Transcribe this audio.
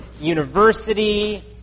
university